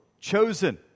chosen